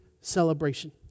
Celebration